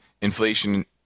inflation